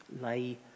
lay